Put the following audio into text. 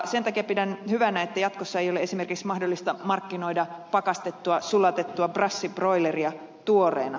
sen takia pidän hyvänä että jatkossa ei ole esimerkiksi mahdollista markkinoida pakastettua sulatettua brassibroileria tuoreena